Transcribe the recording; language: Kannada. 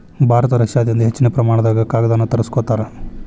ಭಾರತ ರಷ್ಯಾದಿಂದ ಹೆಚ್ಚಿನ ಪ್ರಮಾಣದಾಗ ಕಾಗದಾನ ತರಸ್ಕೊತಾರ